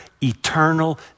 eternal